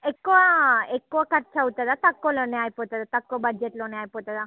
ఎక్కువ ఎక్కువ ఖర్చు అవుతుందా తక్కువ లోనే అయిపోతుందా తక్కువ బడ్జెట్లోనే అయిపోతుందా